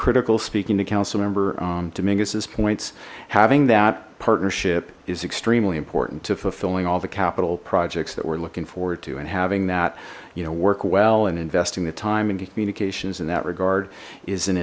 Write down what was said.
critical speaking to councilmember dominguez points having that partnership is extremely important to fulfilling all the capital projects that we're looking forward to and having that you know work well and investing the time and communications in that regard is an